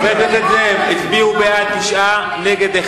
חבר הכנסת זאב, תודה, הערתך נשמעה.